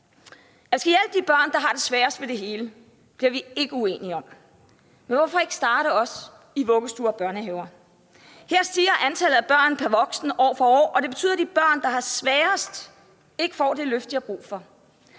At vi skal hjælpe de børn, der har sværest ved det hele, bliver vi ikke uenige om. Men hvorfor ikke starte i vuggestuer og børnehaver? Her stiger antallet af børn pr. voksen år for år, og det betyder, at de børn, der har det sværest, ikke får det løft, de har brug for.